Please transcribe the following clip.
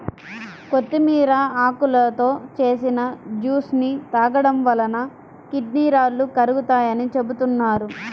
కొత్తిమీర ఆకులతో చేసిన జ్యూస్ ని తాగడం వలన కిడ్నీ రాళ్లు కరుగుతాయని చెబుతున్నారు